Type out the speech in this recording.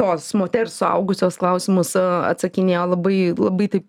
tos moters suaugusios klausimus atsakinėjo labai labai taip